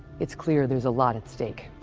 its clear theres a lot at stake.